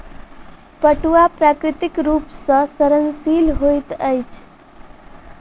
पटुआ प्राकृतिक रूप सॅ सड़नशील होइत अछि